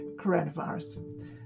coronavirus